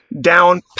down